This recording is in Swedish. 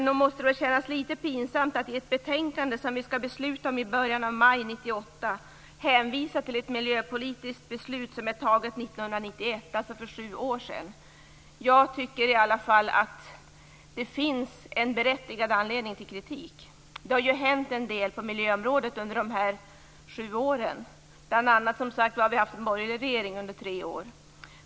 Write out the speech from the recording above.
Nog måste det väl kännas litet pinsamt att i ett betänkande vi skall besluta om i maj 1998 hänvisa till ett politiskt beslut som fattades 1991, alltså för sju år sedan? Jag tycker i alla fall att kritiken är berättigad. Det har hänt en del på miljöområdet under dessa sju år. Vi hade bl.a. en borgerlig regering under tre år, som sagt.